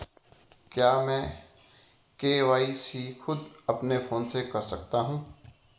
क्या मैं के.वाई.सी खुद अपने फोन से कर सकता हूँ?